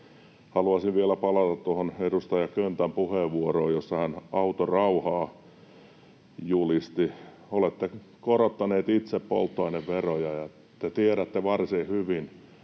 Haluaisin vielä palata tuohon edustaja Köntän puheenvuoroon, jossa hän autorauhaa julisti. Olette korottaneet itse polttoaineveroja, ja te tiedätte varsin hyvin,